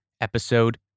episode